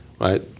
right